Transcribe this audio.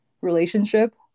relationship